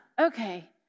okay